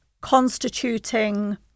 constituting